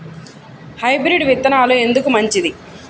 Hybrid విత్తనాలు ఎందుకు మంచిది?